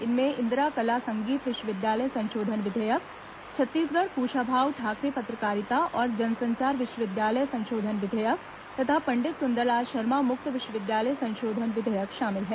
इनमें इंदिरा कला संगीत विश्वविद्यालय संशोधन विधेयक छत्तीसगढ़ कुशाभाऊ ठाकरे पत्रकारिता और जनसंचार विश्वविद्यालय संशोधन विधेयक तथा पंडित सुंदरलाल शर्मा मुक्त विश्वविद्यालय संशोधन विधेयक शामिल हैं